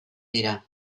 dira